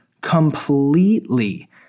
completely